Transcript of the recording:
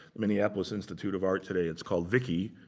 minneapolis institute of art today. it's called vicki!